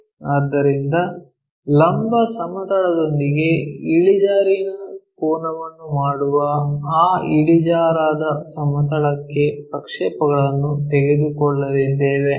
ಆದ್ದರಿಂದ ಲಂಬ ಸಮತಲದೊಂದಿಗೆ ಇಳಿಜಾರಿನ ಕೋನವನ್ನು ಮಾಡುವ ಆ ಇಳಿಜಾರಾದ ಸಮತಲಕ್ಕೆ ಪ್ರಕ್ಷೇಪಗಳನ್ನು ತೆಗೆದುಕೊಳ್ಳಲಿದ್ದೇವೆ